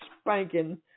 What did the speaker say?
spanking